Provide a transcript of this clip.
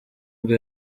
bwo